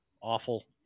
awful